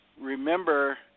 remember